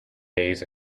days